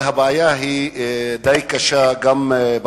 אבל הבעיה די קשה גם בצפון.